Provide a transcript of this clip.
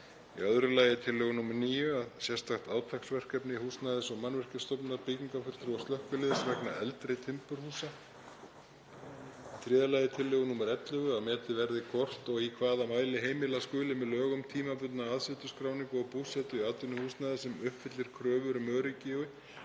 í öðru lagi tillögu nr. 9, sérstakt átaksverkefni Húsnæðis- og mannvirkjastofnunar, byggingafulltrúa og slökkviliðs vegna eldri timburhúsa; í þriðja lagi tillögu nr. 11, að metið verði hvort og í hvaða mæli heimilað skuli með lögum tímabundna aðsetursskráningu og búsetu í atvinnuhúsnæði sem uppfyllir kröfur um öryggi